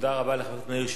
תודה רבה לחבר הכנסת שטרית.